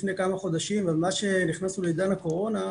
לפני כמה חודשים אבל מאז שנכנסנו לעידן הקורונה,